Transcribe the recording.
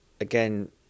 again